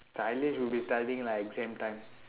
sainesh will be studying lah exam time